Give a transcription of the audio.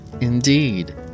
indeed